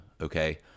okay